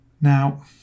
Now